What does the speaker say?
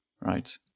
right